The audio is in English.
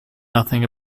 nothing